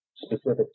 specific